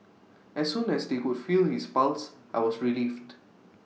as soon as they could feel his pulse I was relieved